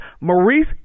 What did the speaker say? Maurice